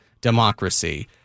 democracy